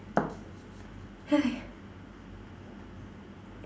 !haiya!